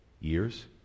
years